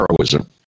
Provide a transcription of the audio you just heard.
heroism